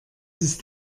ist